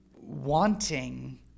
wanting